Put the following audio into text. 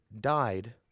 died